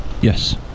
yes